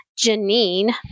Janine